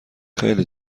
خیلی